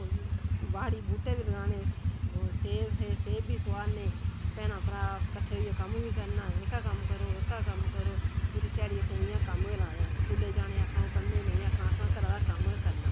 बाड़ी बूह्टे बी लाने ओह् सेब हे सेब बी तोआरने भैनां भ्राऽ अस कट्ठे होइयै कम्म बी करना एह्का कम्म करो एह्का कम्म करो पूरी ध्याड़ी असें इ'यां कम्म गै लाने स्कूलै जाने गी आखना पढ़ने गी नेईं आखना आखना घरै दा कम्म गै करना